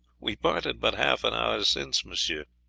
we parted but half an hour since, monsieur.